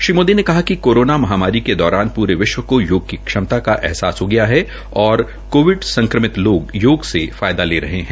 श्री मोदी ने कहा कि कोरोना महामारी के दौरान पूरे विश्व को योग की क्षमता का एहसास हो गया है और कोविड संक्रमित लोग से फायदा ले रहे है